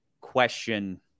question